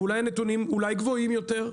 ואולי הנתונים גבוהים יותר?